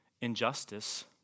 injustice